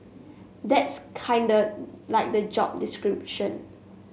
that's kinda like the job description